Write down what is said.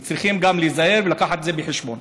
הם צריכים להיזהר ולהביא את זה בחשבון.